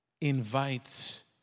invites